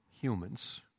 humans